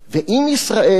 ואם ישראל,